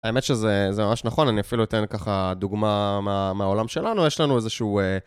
האמת שזה ממש נכון, אני אפילו אתן ככה דוגמא מהעולם שלנו, יש לנו איזשהו...